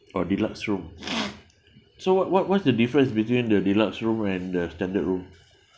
oh deluxe room so what what what's the difference between the deluxe room and the standard room